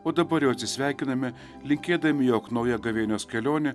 o dabar jau atsisveikiname linkėdami jog nauja gavėnios kelionė